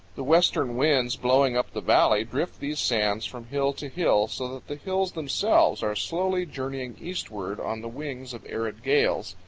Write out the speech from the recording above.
the western winds blowing up the valley drift these sands from hill to hill, so that the hills themselves are slowly journeying eastward on the wings of arid gales,